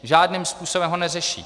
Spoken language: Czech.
Žádným způsobem ho neřeší.